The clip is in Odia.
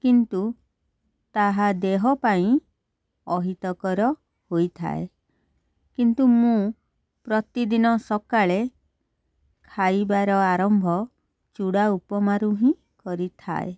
କିନ୍ତୁ ତାହା ଦେହ ପାଇଁ ଅହିତକର ହୋଇଥାଏ କିନ୍ତୁ ମୁଁ ପ୍ରତିଦିନ ସକାଳେ ଖାଇବାର ଆରମ୍ଭ ଚୁଡ଼ା ଉପମାରୁ ହିଁ କରିଥାଏ